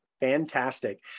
Fantastic